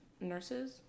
nurses